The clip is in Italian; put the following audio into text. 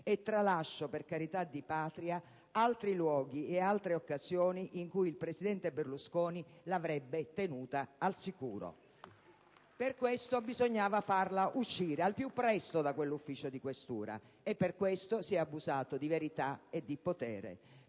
Tralascio, per carità di Patria, altri luoghi ed altre occasioni in cui il presidente Berlusconi l'avrebbe tenuta al sicuro (*Applausi dal Gruppo PD*). Per questo, bisognava farla uscire al più presto da quell'ufficio di questura e, per questo, si è abusato di verità e di potere